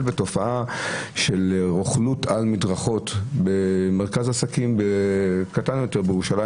בתופעה של רוכלות על מדרכות במרכז עסקים קטן יותר בירושלים,